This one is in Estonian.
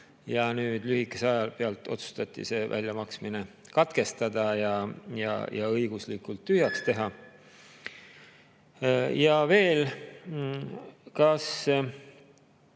aga lühikese aja pealt otsustati väljamaksmine katkestada ja õiguslikult tühjaks teha. Ja veel, kas